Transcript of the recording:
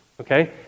okay